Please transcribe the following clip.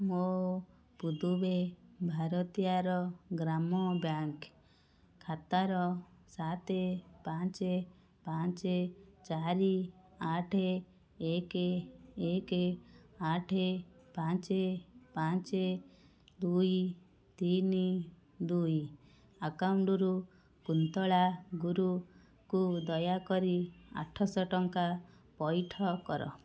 ମୋ ପୁଦୁବୈ ଭାରତୀୟାର ଗ୍ରାମ ବ୍ୟାଙ୍କ୍ ଖାତାର ସାତ ପାଞ୍ଚ ପାଞ୍ଚ ଚାରି ଆଠ ଏକ ଏକ ଆଠ ପାଞ୍ଚ ପାଞ୍ଚ ଦୁଇ ତିନି ଦୁଇ ଆକାଉଣ୍ଟରୁ କୁନ୍ତଳା ଗୁରୁକୁ ଦୟାକରି ଆଠଶହ ଟଙ୍କା ପଇଠ କର